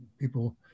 People